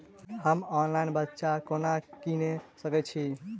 हम ऑनलाइन बिच्चा कोना किनि सके छी?